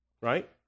Right